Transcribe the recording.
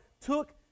took